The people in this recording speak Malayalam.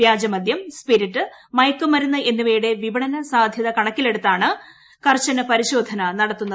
വ്യാജമദ്യം സ്പിരിറ്റ് മയക്കുമരുന്ന് എന്നിവയുടെ വിപണന സാധ്യത കണക്കിലെടുത്താണ് കർശന പരിശോധ നടത്തുന്നത്